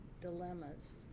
dilemmas